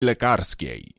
lekarskiej